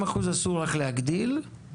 אסור לך להגדיל את ה-40%.